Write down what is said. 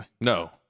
No